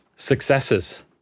successes